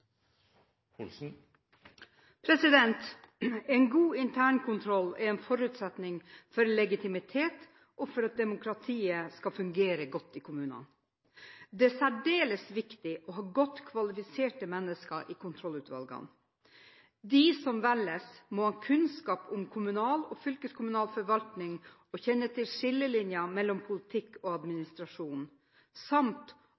viktig å ha godt kvalifiserte mennesker i kontrollutvalgene. De som velges, må ha kunnskap om kommunal og fylkeskommunal forvaltning, og kjenne til skillelinjer mellom politikk og administrasjon samt